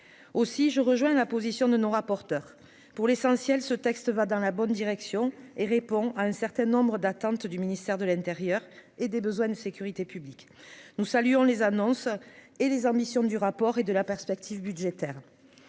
aussi je rejoins la position ne non rapporteur pour l'essentiel, ce texte va dans la bonne direction et répond à un certain nombres d'atteinte du ministère de l'Intérieur et des besoins de sécurité publique, nous saluons les annonces et les ambitions du rapport et de la perspective budgétaire,